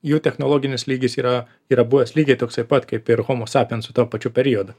jų technologinis lygis yra yra buvęs lygiai toksai pat kaip ir homo sapiens su tuo pačiu periodu